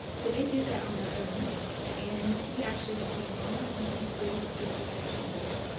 so they did that on their own and he actually became almost symptom free with just the diet changes.